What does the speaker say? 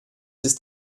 ist